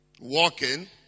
Walking